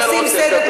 עושים סדר,